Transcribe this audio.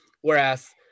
Whereas